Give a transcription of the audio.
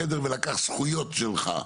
חדר ולקח זכויות שלך.